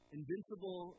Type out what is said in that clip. Invincible